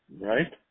right